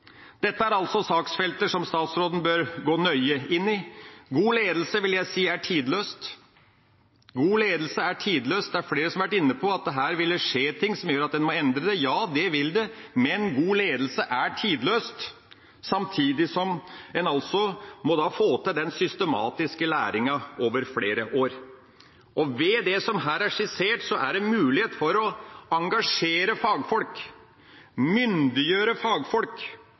Dette er altså saksfelt som statsråden bør gå nøye inn i. God ledelse vil jeg si er tidløst. Det er flere som har vært inne på at her vil det skje ting som gjør at en må endre det. Ja, det vil det, men god ledelse er tidløst, samtidig som en må få til den systematiske læringa over flere år. Ved det som her er skissert, er det mulig å engasjere fagfolk, myndiggjøre fagfolk,